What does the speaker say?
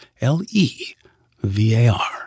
L-E-V-A-R